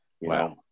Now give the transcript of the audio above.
Wow